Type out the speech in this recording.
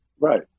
Right